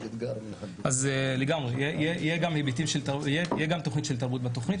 תהיה גם תוכנית של תרבות בתוכנית,